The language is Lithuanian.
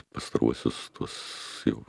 pastaruosius tuos jau